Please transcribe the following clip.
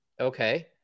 Okay